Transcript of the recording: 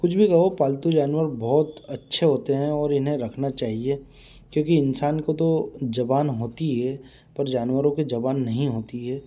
कुछ भी कहो पालतू जानवर बहुत अच्छे होते हैं और इन्हें रखना चाहिए क्योंकि इंसान को तो जुबान होती है पर जानवरों के जुबान नहीं होती है